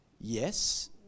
Yes